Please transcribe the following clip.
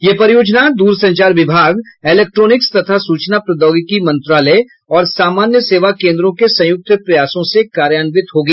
यह परियोजना दूर संचार विभाग इलेक्ट्रॉनिक्स तथा सूचना प्रौद्योगिकी मंत्रालय और सामान्य सेवा केंद्रों के संयुक्त प्रयासों से कार्यान्वित होगी